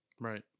Right